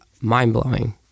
mind-blowing